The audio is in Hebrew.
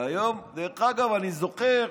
והיום, דרך אגב, אני זוכר